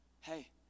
hey